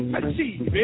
achieve